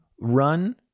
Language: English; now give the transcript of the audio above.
run